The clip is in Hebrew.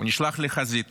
הוא נשלח לחזית